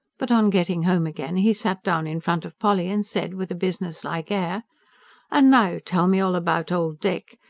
but on getting home again, he sat down in front of polly and said, with a businesslike air and now tell me all about old dick!